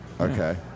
Okay